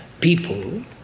people